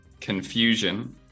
confusion